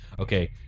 Okay